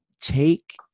take